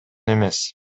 эмес